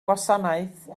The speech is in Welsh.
gwasanaeth